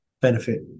benefit